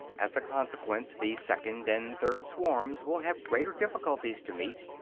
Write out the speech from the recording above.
as a consequence, these second and third swarms will have greater difficulties to meet,